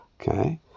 okay